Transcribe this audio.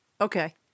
Okay